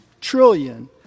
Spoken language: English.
trillion